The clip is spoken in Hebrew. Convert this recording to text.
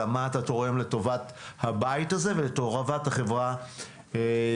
אלא מה אתה תורם לטובת הבית הזה ולטובת החברה בישראל.